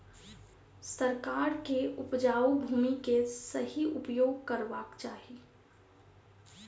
सरकार के उपजाऊ भूमि के सही उपयोग करवाक चाही